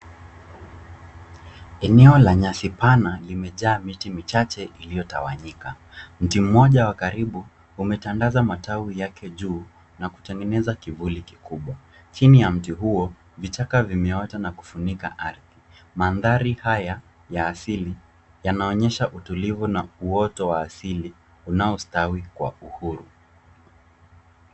Eneo la nyasi pana limejaa miti michache iliyotawanyika. Mti mmoja wa karibu umetandaza matawi yake juu na kutengeneza kivuli kikubwa. Chini ya mti huo, vichaka vimeota na kufunika ardhi. Mandhari haya ya asili yanaonyesha utulivu na uoto wa asili unaostawi kwa uhuru.